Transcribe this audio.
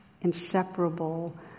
inseparable